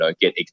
get